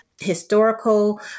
historical